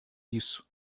isso